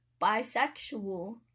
bisexual